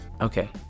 Okay